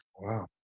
Wow